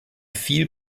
viel